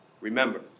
Remember